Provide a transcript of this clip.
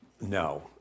No